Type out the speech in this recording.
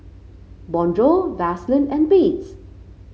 Bonjour Vaseline and Beats